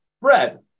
bread